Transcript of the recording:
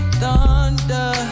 thunder